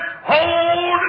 Hold